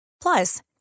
Plus